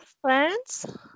friends